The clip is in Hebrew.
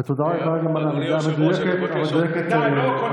ותודה רבה גם על העמידה המדויקת בזמנים.